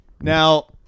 Now